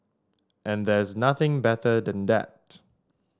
and there's nothing better than that